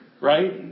right